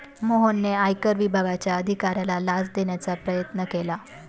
मोहनने आयकर विभागाच्या अधिकाऱ्याला लाच देण्याचा प्रयत्न केला